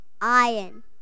Iron